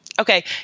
Okay